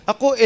Ako